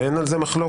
ואין על כך מחלוקת,